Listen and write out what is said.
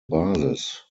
basis